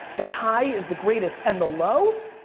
that high is the greatest and the low,